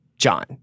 John